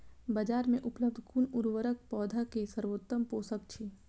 बाजार में उपलब्ध कुन उर्वरक पौधा के सर्वोत्तम पोषक अछि?